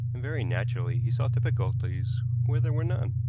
and very naturally he saw difficulties where there were none.